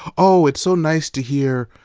oh, it's so nice to hear,